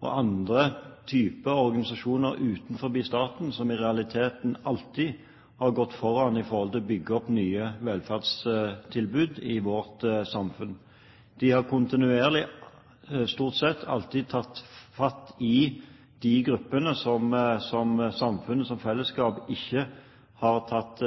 og andre typer organisasjoner utenfor staten som i realiteten alltid har gått foran når det gjelder å bygge opp nye velferdstilbud i vårt samfunn. De har kontinuerlig – stort sett – alltid tatt fatt i de gruppene som samfunnet som fellesskap ikke har tatt